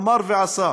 אמר ועשה.